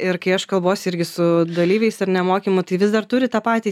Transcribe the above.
ir kai aš kalbuosi irgi su dalyviais ar ne mokymų tai vis dar turi tą patį įsivaizdavimą ar ne